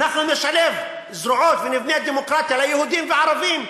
אנחנו נשלב זרועות ונבנה דמוקרטיה ליהודים וערבים.